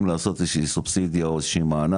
לעשות איזה שהיא סובסידיה או איזה שהוא ענק,